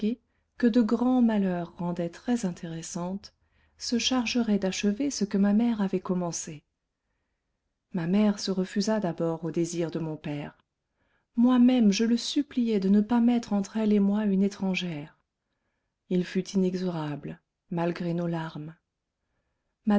que de grands malheurs rendaient très intéressante se chargerait d'achever ce que ma mère avait commencé ma mère se refusa d'abord au désir de mon père moi-même je le suppliai de ne pas mettre entre elle et moi une étrangère il fut inexorable malgré nos larmes